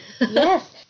Yes